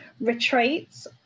retreats